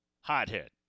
hothead